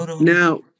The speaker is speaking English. Now